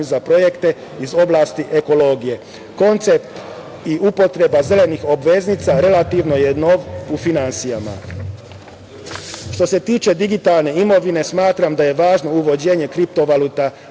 za projekte iz oblasti ekologije. Koncept i upotreba zelenih obveznica relativno je nov u finansijama. Što se tiče digitalne imovine, smatram da je važno uvođenje kripto valuta